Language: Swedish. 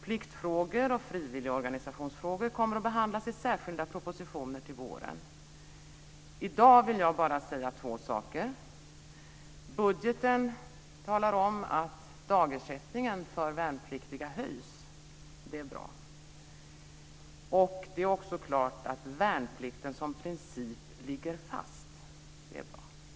Pliktfrågor och frivilligorganisationsfrågor kommer att behandlas i särskilda propositioner till våren. I dag vill jag bara säga två saker: Budgeten talar om att dagersättningen för värnpliktiga höjs. Det är bra. Det är också klart att värnplikten som princip ligger fast. Det är bra.